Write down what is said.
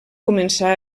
començar